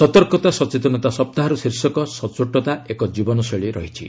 ସତର୍କତା ସଚେତନତା ସପ୍ତାହର ଶୀର୍ଷକ ସଚ୍ଚୋଟତା ଏକ ଜୀବନଶୈଳୀ ରହିଛି